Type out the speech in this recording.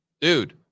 dude